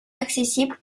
accessibles